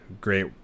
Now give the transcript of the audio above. great